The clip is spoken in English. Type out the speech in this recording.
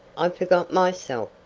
i forgot myself,